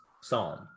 psalm